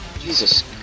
Jesus